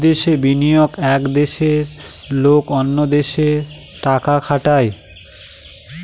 বিদেশে বিনিয়োগ এক দেশের লোক অন্য দেশে টাকা খাটায়